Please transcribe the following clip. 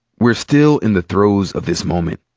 we're still in the throes of this moment.